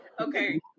Okay